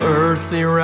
earthly